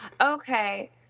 Okay